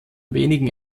wenigen